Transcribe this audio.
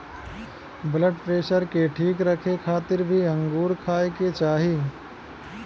blood pressure के ठीक रखे खातिर भी अंगूर खाए के चाही